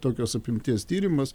tokios apimties tyrimas